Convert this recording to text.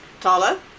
Tala